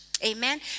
Amen